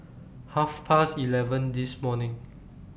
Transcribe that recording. Half Past eleven This morning